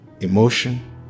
emotion